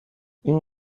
این